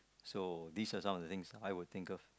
so these are some of the things I would think of